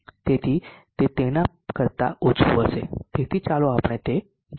તેથી તે તેના કરતા ઓછું હશે તેથી ચાલો આપણે તે જોઈએ